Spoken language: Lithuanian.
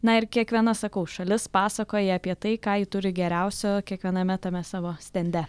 na ir kiekviena sakau šalis pasakoja apie tai ką ji turi geriausio kiekviename tame savo stende